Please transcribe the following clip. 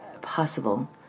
possible